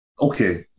Okay